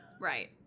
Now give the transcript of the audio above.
Right